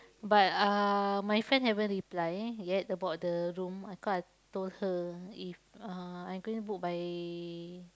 but uh my friend haven't reply yet about the room because I told her if uh I going to book by